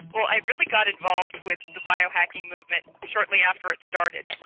well i really got involved with the biohacking movement shortly after it started,